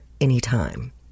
anytime